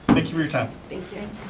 thank you for your time. thank you.